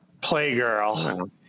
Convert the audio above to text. Playgirl